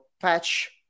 patch